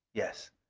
yes.